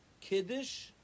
Kiddush